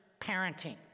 parenting